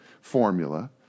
formula